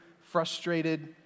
frustrated